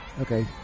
Okay